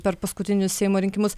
per paskutinius seimo rinkimus